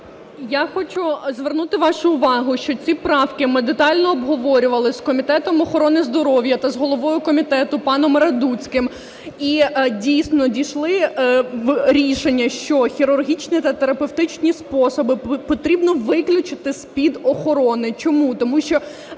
Я хочу звернути вашу увагу, що ці правки ми детально обговорювали з Комітетом охорони здоров'я та з головою комітету паном Радуцьким. І, дійсно, дійшли рішення, що хірургічні та терапевтичні способи потрібно виключити з-під охорони. Чому? Тому що